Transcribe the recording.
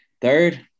third